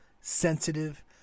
sensitive